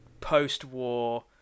post-war